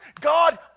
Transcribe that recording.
God